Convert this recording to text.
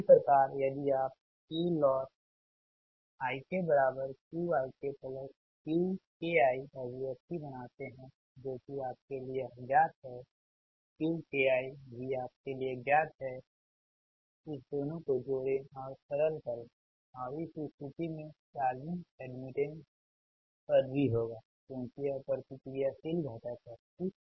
इसी प्रकार यदि आप Q lossikQikQki अभिव्यक्ति बनाते है जो कि आपके लिए यह ज्ञात है Q ki भी आपके लिए ज्ञात है इस दोनों को जोड़े और सरल करे और इस स्थिति में चार्जिंग एड्मिटेंस पद भी होगा क्योंकि यह प्रतिक्रियाशील घटक है ठीक